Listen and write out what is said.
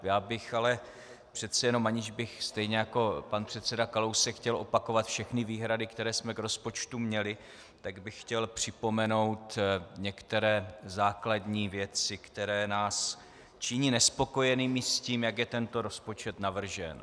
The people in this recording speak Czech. Já bych ale přece jenom, aniž bych stejně jako pan předseda Kalousek chtěl opakovat všechny výhrady, které jsme k rozpočtu měli, tak bych chtěl připomenout některé základní věci, které nás činí nespokojenými s tím, jak je tento rozpočet navržen.